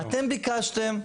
אתם ביקשתם,